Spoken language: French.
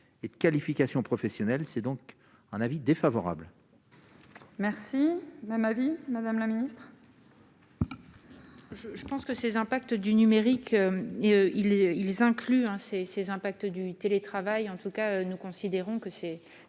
et de qualification professionnelle, c'est donc un avis défavorable. Merci même avis, Madame la Ministre. Je pense que ces impacts du numérique et il ils incluent un ces ces impacts du télétravail, en tout cas, nous considérons que c'est